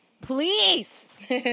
please